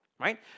right